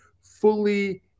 fully